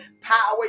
power